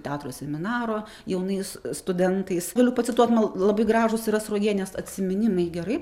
teatro seminaro jaunais studentais galiu pacituot man labai gražūs yra sruogienės atsiminimai gerai